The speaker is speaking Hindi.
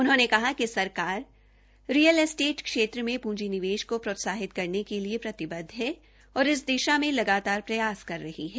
उन्होंने कहा कि सरकार रियल एस्टे क्षेत्र में पूंजी निवेश को प्रोत्साहित करने के लिए प्रतिबद्ध है और इस दिशा में लगातार प्रयास करी रही है